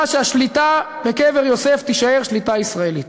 שהשליטה בקבר יוסף תישאר שליטה ישראלית.